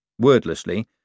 Wordlessly